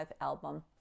album